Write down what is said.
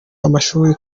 amashuri